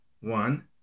One